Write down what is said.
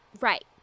Right